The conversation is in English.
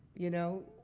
you know,